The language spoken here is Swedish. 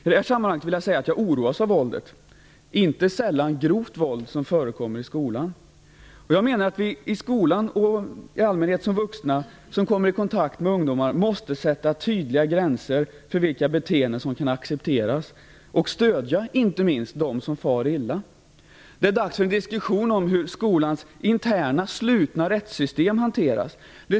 I det här sammanhanget vill jag säga att jag oroas av det våld, inte sällan grovt, som förekommer i skolan. Jag menar att vi i skolan, i allmänhet vuxna, som kommer i kontakt med ungdomar måste sätta tydliga gränser för vilka beteenden som kan accepteras, och vi måste inte minst stödja dem som far illa. Det är dags för en diskussion om hur skolans interna slutna rättssystem hanteras.